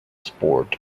sport